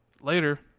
later